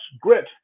grit